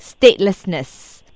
statelessness